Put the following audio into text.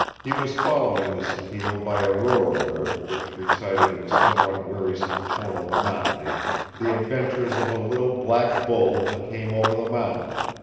he was following this appeal by a rural lyric which recited in somewhat wearisome tonal monotony the adventures of a little black bull that came over the mountain,